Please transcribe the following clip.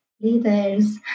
leaders